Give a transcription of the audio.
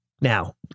Now